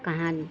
कहन